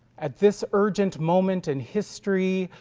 at this urgent moment in history,